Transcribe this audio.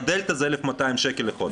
אז הדלתא זה 1,200 שקל לחודש.